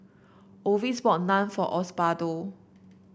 Orvis brought Naan for Osbaldo